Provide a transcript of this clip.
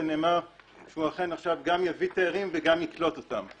ונאמר שהוא אכן עכשיו גם יביא תיירים וגם יקלוט אותם.